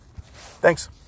Thanks